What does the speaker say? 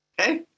Okay